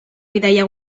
bidaia